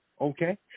okay